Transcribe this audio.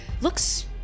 Looks